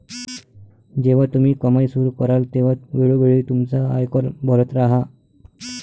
जेव्हा तुम्ही कमाई सुरू कराल तेव्हा वेळोवेळी तुमचा आयकर भरत राहा